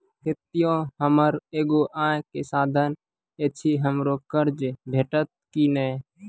खेतीये हमर एगो आय के साधन ऐछि, हमरा कर्ज भेटतै कि नै?